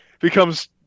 becomes